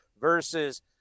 versus